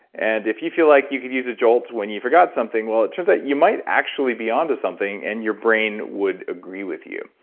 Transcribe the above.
and if you feel like you can use a jolt when you forgot something, well, it turns out you might actually be on to something and your brain would agree with you.